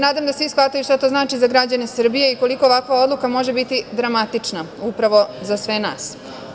Nadam se da svi shvataju šta to znači za građane Srbije i koliko ovakva odluka može biti dramatična upravo za sve nas.